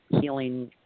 healing